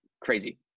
crazy